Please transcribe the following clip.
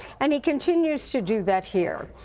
and he continues to do that here.